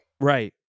Right